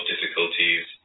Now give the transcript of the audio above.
difficulties